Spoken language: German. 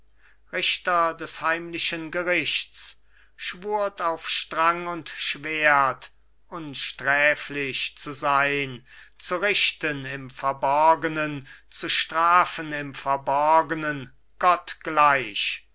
richter des heimlichen gerichts schwurt auf strang und schwert unsträflich zu sein zu richten im verborgnen zu strafen im verborgnen